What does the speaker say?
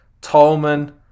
Tolman